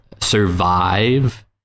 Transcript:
survive